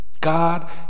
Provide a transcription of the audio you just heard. God